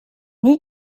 nie